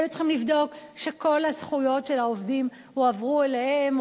היו צריכים לבדוק שכל הזכויות של העובדים הועברו אליהם,